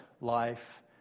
life